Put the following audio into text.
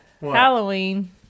Halloween